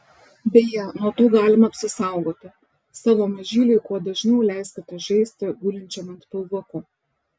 beje nuo to galima apsisaugoti savo mažyliui kuo dažniau leiskite žaisti gulinčiam ant pilvuko